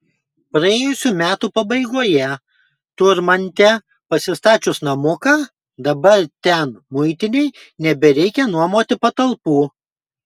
praėjusių metų pabaigoje turmante pasistačius namuką dabar ten muitinei nebereikia nuomoti patalpų